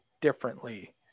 differently